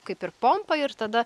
kaip ir pompa ir tada